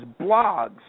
blogs